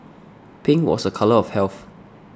pink was a colour of health